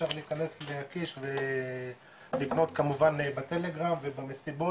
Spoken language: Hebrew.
אפשר להיכנס להקיש ולקנות כמובן בטלגרם ובמסיבות